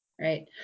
Right